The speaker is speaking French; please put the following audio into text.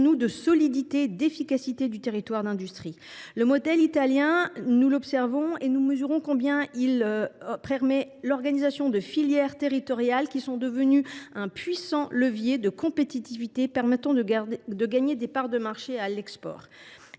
de la solidité et de l’efficacité du territoire d’industrie. Observant le modèle italien, nous mesurons combien il permet l’organisation de filières territoriales, qui sont devenues un puissant levier de compétitivité permettant de gagner des parts de marché à l’export.